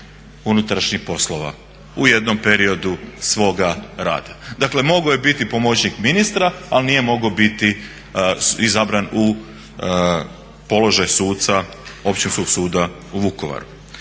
unutrašnjih poslova u jednom periodu svoga rada. Dakle mogao je biti pomoćnik ministra ali nije mogao biti izabran u položaj suca u općinskog suda u Vukovaru.